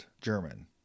German